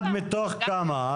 מתוך כמה דיונים.